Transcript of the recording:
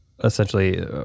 essentially